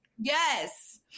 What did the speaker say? Yes